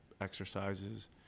exercises